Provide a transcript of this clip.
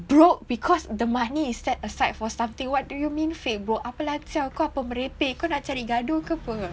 broke because the money is set aside for something what do you mean fake broke apa lan jiao kau apa merepek kau nak cari gaduh ke apa